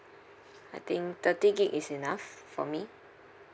I think thirty gig is enough for me